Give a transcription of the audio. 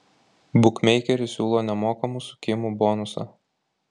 bukmeikeris siūlo nemokamų sukimų bonusą